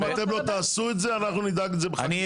אם אתם לא תעשו את זה, אנחנו נדאג לזה בחקיקה.